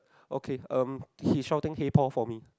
okay um he shouting hey Paul for me